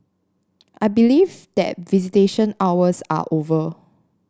I believe that visitation hours are over